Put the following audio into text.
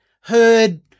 heard